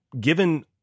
given